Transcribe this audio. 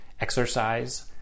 exercise